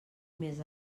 mes